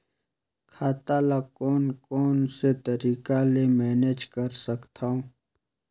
खाता ल कौन कौन से तरीका ले मैनेज कर सकथव?